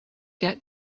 get